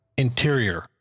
Interior